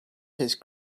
his